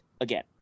again